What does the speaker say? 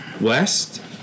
West